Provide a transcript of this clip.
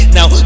Now